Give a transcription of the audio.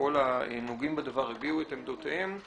וכל הנוגעים בדבר הביעו את עמדותיהם,